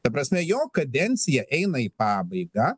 ta prasme jo kadencija eina į pabaigą